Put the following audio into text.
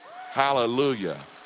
Hallelujah